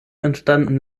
entstanden